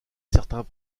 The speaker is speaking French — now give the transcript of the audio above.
certains